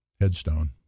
headstone